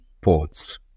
ports